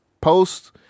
post